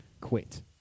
Quit